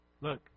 Look